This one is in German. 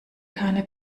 keine